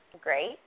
Great